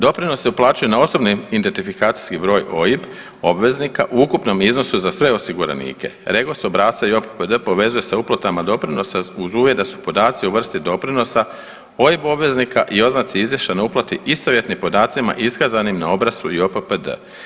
Doprinos se uplaćuje na osobni identifikacijski broj, OIB obveznika u ukupnom iznosu za sve osiguranike REGOS obrasca JOPPD povezuje sa uplatama doprinosa uz uvjet da su podaci o vrsti doprinosa OIB obveznika i oznaci izvješća na uplati istovjetni podacima iskazanim na obrascu JOPPD.